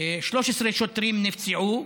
13 שוטרים נפצעו,